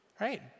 right